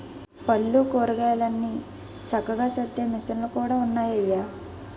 పళ్ళు, కూరగాయలన్ని చక్కగా సద్దే మిసన్లు కూడా ఉన్నాయయ్య